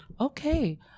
Okay